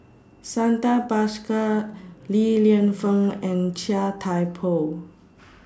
Santha Bhaskar Li Lienfung and Chia Thye Poh